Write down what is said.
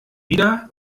wieder